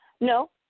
No